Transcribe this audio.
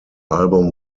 album